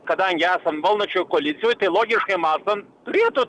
kadangi esam valdančioj koalicijoj tai logiškai mąstant turėtų